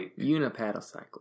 Unipaddlecycle